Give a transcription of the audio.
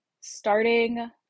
starting